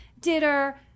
dinner